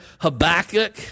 Habakkuk